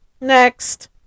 Next